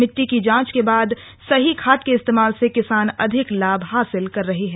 मिट्टी की जांच के बाद सही खाद के इस्तेमाल से किसान अधिक लाभ हासिल कर रहे हैं